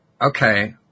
Okay